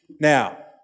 Now